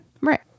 Right